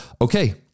Okay